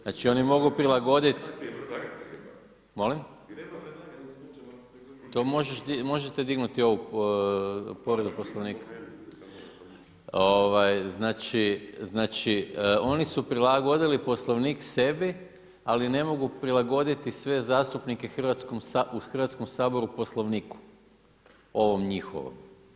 Znači, oni mogu prilagoditi …… [[Upadica se ne razumije.]] Molim? … [[Upadica se ne razumije.]] To možete dignuti povredu Poslovnika. … [[Upadica se ne razumije.]] Znači oni su prilagodili Poslovnik sebi, ali ne mogu prilagoditi sve zastupnike u Hrvatskom saboru Poslovniku ovom njihovom.